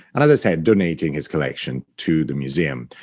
and, as i said, donating his collection to the museum.